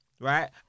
right